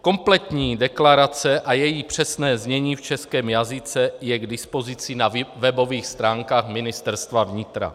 Kompletní deklarace a její přesné znění v českém jazyce je k dispozici na webových stránkách Ministerstva vnitra.